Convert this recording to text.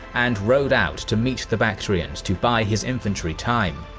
and rode out to meet the bactrians to buy his infantry time.